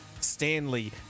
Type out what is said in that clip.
Stanley